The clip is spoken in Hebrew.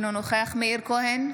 אינו נוכח מאיר כהן,